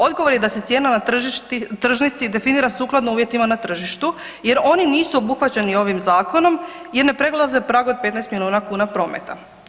Odgovor je da se cijena na tržnici definira sukladno uvjetima na tržištu jer oni nisu obuhvaćeni ovim zakonom jer ne prelaze prag od 15 milijuna kuna prometa.